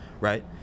right